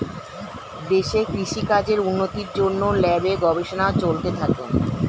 দেশে কৃষি কাজের উন্নতির জন্যে ল্যাবে গবেষণা চলতে থাকে